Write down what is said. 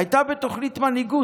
הייתה בתוכנית מנהיגות.